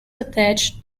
attached